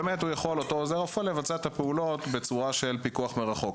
ואותו עוזר רופא יכול לבצע את הפעולות בצורה של פיקוח מרחוק,